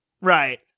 Right